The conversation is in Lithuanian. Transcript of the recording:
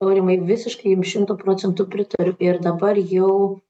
aurimai visiškai jum šimtu procentų pritariu ir dabar jau